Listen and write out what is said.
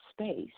space